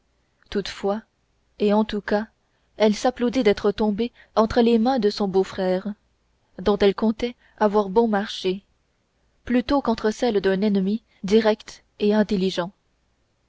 toutefois et en tout cas elle s'applaudit d'être tombée entre les mains de son beau-frère dont elle comptait avoir bon marché plutôt qu'entre celles d'un ennemi direct et intelligent